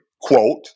quote